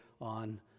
on